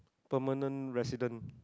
permanent residents